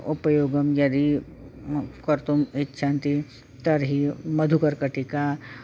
उपयोगं यदि कर्तुम् इच्छन्ति तर्हि मधुकर्कटिका